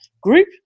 group